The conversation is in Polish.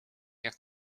jak